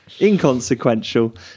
inconsequential